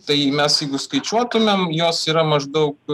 tai mes jeigu skaičiuotumėm jos yra maždaug